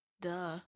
Duh